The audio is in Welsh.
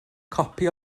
copi